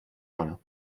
کنم